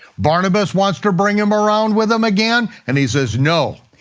barnabas wants to bring him around with him again, and he says, no.